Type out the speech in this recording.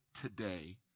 today